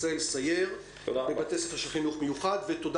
נרצה לסייר בבתי ספר של חינוך מיוחד ונערוך סיור גם באותו בית ספר.